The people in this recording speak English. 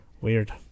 Weird